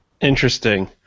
Interesting